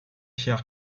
cher